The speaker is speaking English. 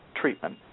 treatment